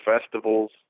festivals